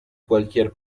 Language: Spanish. cualquier